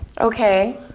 Okay